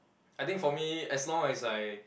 I think for me as long as I